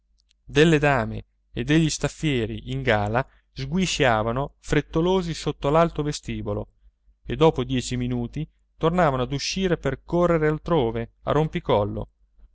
dame e degli staffieri in gala sguisciavano frettolosi sotto l'alto vestibolo e dopo dieci minuti tornavano ad uscire per correre altrove a